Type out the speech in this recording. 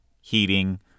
heating